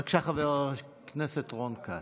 בבקשה, חבר הכנסת רון כץ.